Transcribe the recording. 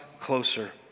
closer